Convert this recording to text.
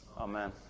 Amen